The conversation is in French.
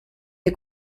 des